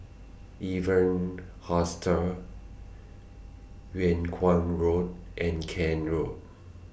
Evans Hostel Yung Kuang Road and Kent Road